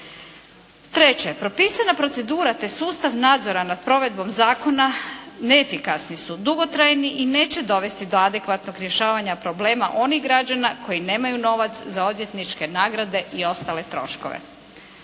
propisana procedura te sustav nadzora nad provedbom zakona neefikasni su, dugotrajni i neće dovesti do adekvatnog rješavanja problema onih građana koji nemaju novac za odvjetničke nagrade i ostale troškove.